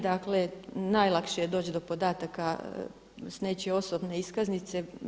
Dakle, najlakše je doći do podataka sa nečije osobne iskaznice.